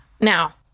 Now